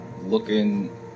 looking